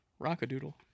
Rockadoodle